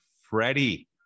Freddie